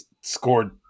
scored